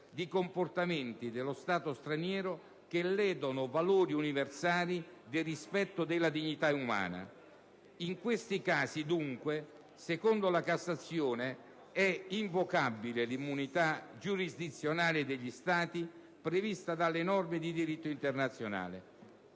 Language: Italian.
di comportamenti dello Stato straniero che ledono valori universali del rispetto della dignità umana. In questi casi, dunque, secondo la Cassazione non è invocabile l'immunità giurisdizionale degli Stati prevista dalle norme di diritto internazionale.